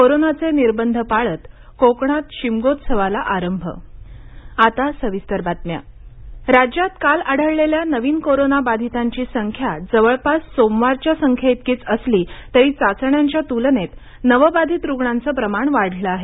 कोरोनाचे निर्बंध पाळत कोकणात शिमगोत्सवाला आरंभ राज्यकोविड अपडेट राज्यात काल आढळलेल्या नवीन कोरोना बाधितांची संख्या जवळपास सोमवरच्या संख्येइतकीच असली तरी चाचण्यांच्या तुलनेत नवबाधित रुग्णांचं प्रमाण वाढलं आहे